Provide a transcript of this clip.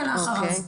אלא אחריו.